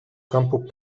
campus